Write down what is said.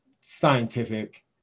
scientific